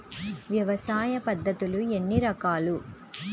వ్యవసాయ పద్ధతులు ఎన్ని రకాలు?